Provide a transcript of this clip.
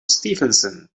stephenson